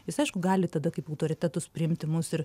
jis aišku gali tada kaip autoritetus priimti mus ir